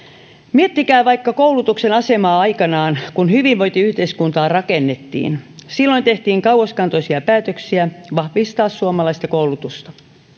miettikää vaikka koulutuksen asemaa aikanaan kun hyvinvointiyhteiskuntaa rakennettiin silloin tehtiin kauaskantoisia päätöksiä vahvistaa suomalaista koulutusta